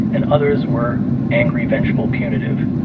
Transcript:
and others were angry, vengeful, punitive,